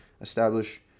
establish